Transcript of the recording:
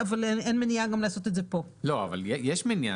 גם היו מקרים שתקנות לפי פקודת התעבורה לא הובאו לאישור